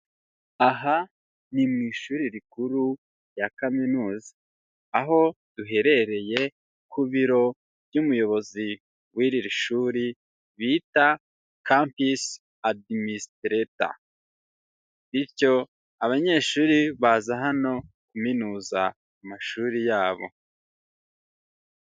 Aha ni mu ishuri rikuru rya kaminuza, aho duherereye ku biro by'umuyobozi w'iri shuri bita Campus Administrator, bityo abanyeshuri baza hano kuminuza amashuri yabo.